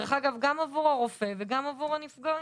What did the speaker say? גם עבור הרופא וגם עבור הנפגעים.